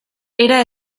era